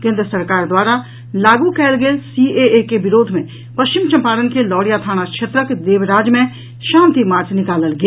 केंद्र सरकार द्वारा लागू कयल गेल सीएए के विरोध मे पश्चिम चंपारण के लौरिया थाना क्षेत्रक देवराज मे शांति मार्च निकालल गेल